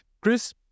Chris